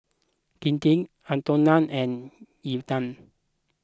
Kinte Antone and Ilda